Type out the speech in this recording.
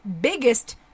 biggest